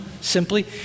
simply